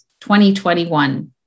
2021